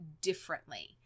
differently